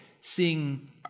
seeing